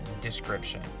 description